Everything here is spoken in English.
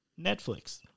Netflix